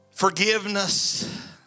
Forgiveness